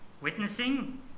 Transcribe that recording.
Witnessing